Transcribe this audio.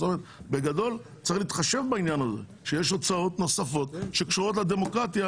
ובגדול צריך להתחשב בעניין הזה שיש הוצאות נוספות שקשורות לדמוקרטיה